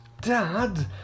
Dad